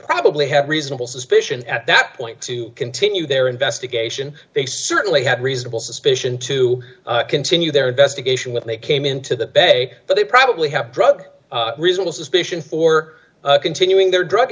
probably have reasonable suspicion at that point to continue their investigation they certainly had reasonable suspicion to continue their investigation when they came into the bay so they probably have drug reasonable suspicion for continuing their drug